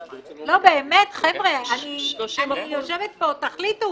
לא, באמת, חבר'ה, אני יושבת פה, תחליטו.